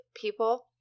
people